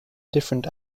different